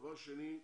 דבר שני,